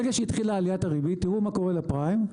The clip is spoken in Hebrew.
ברגע שהתחילה עליית הריבית תיראו מה קורה לפריים,